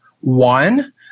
One